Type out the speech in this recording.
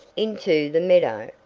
into the meadow,